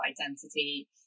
identity